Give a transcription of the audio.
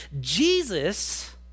jesus